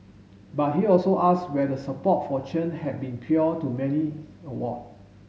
but he also asks where the support for Chen had been to many award